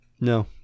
No